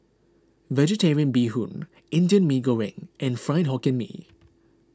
Vegetarian Bee Hoon Indian Mee Goreng and Fried Hokkien Mee